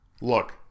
look